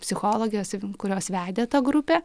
psichologės kurios vedė tą grupę